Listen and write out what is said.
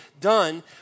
done